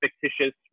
fictitious